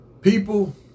people